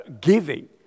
giving